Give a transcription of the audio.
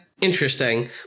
interesting